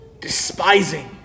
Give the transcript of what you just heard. despising